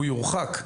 הוא יורחק.